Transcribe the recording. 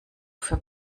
für